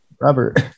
Robert